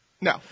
No